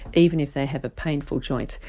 even if they have a painful joint.